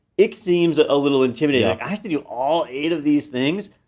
it seems a ah little intimidating, i have to do all eight of these things?